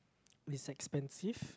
it's expensive